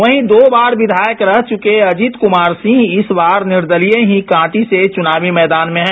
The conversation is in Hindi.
वहीं दो बार विधायक रह चुके अजीत कुमार सिंह इस बार निर्दलीय ही कांटी से चुनावी मैदान में हैं